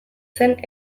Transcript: zen